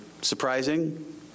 surprising